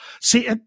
See